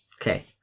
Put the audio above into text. Okay